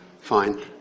Fine